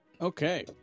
Okay